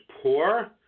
poor